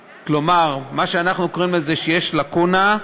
כלומר, מה שאנחנו קוראים, יש לקונה,